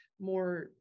more